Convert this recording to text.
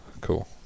Cool